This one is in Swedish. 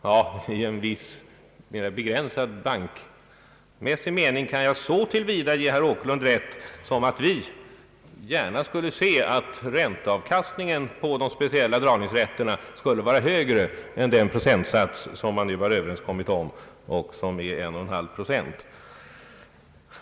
Ja, i en viss mera begränsad bankmässig mening kan jag så till vida ge herr Åkerlund rätt som att vi gärna skulle se att ränteavkastningen på de speciella dragningsrätterna skulle vara högre än den procentsats som man nu har överenskommit om och som är 1,5 procent.